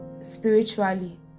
spiritually